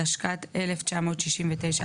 התשכ"ט 1969,